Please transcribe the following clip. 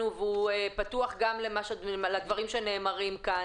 "תסמינים" זו הגדרה שנמחקה בתיקון שכבר פורסם.